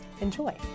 Enjoy